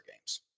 games